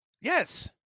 Yes